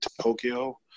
Tokyo